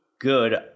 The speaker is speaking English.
good